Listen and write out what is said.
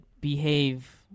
behave